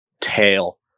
tail